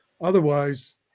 otherwise